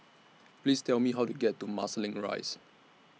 Please Tell Me How to get to Marsiling Rise